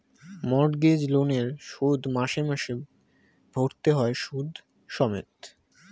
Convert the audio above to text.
mortgage লোনের শোধ মাসে মাসে ভরতে হয় সুদ সমেত